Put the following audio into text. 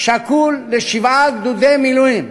שקול לשבעה גדודי מילואים.